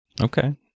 Okay